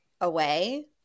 away